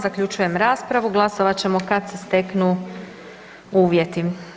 Zaključujem raspravu, glasovat ćemo kad se steknu uvjeti.